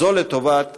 זו לטובת